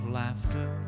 laughter